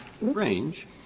range